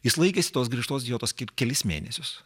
jis laikėsi tos griežtos dietos kaip kelis mėnesius